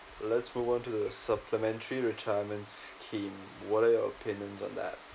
let's move on to the supplementary retirement scheme what are your opinions on that